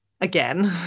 Again